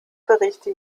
berichte